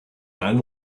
man